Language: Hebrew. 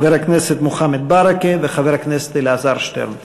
חבר הכנסת מוחמד ברכה וחבר הכנסת אלעזר שטרן.